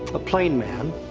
a plain man,